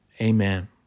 amen